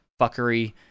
fuckery